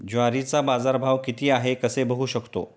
ज्वारीचा बाजारभाव किती आहे कसे बघू शकतो?